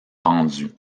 pendu